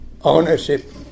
ownership